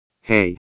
Hey